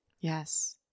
Yes